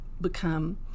become